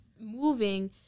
moving